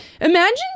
Imagine